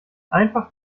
einfach